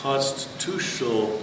constitutional